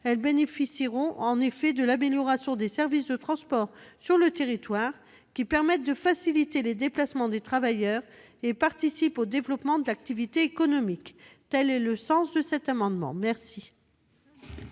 bénéficieront, en effet, de l'amélioration des services de transport sur le territoire, qui permet de faciliter les déplacements des travailleurs et participe au développement de l'activité économique. Quel est l'avis de la commission ?